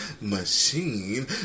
machine